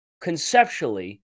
conceptually